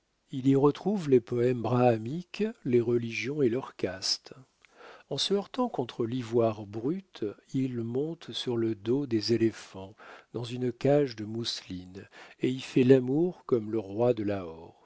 il y retrouve les poèmes brahamiques les religions et leurs castes en se heurtant contre l'ivoire brut il monte sur le dos des éléphants dans une cage de mousseline et y fait l'amour comme le roi de